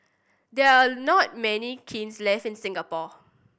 there are not many kilns left in Singapore